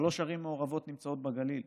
שלוש ערים מעורבות נמצאות בגליל.